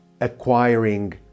acquiring